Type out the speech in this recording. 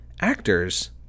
actors